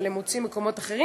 אבל הם מוצאים מקומות אחרים,